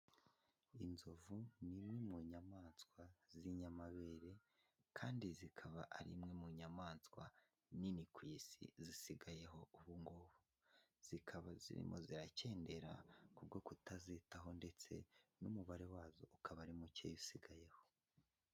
Inzovu ni imwe mu nyamaswa z'inyamabere kandi zikaba ari imwe mu nyamaswa nini ku isi zisigayeho ubu ngubu. Zikaba zirimo zirakeyendera kubwo kutazitaho ndetse n'umubare wazo ukaba ari muke usigayeho.